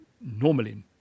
normally